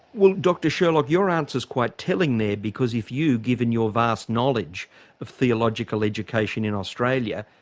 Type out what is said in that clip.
well, dr sherlock, your answer is quite telling there, because if you, given your vast knowledge of theological education in australia,